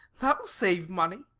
that will save money.